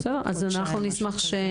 משהו כזה.